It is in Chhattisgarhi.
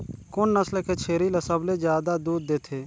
कोन नस्ल के छेरी ल सबले ज्यादा दूध देथे?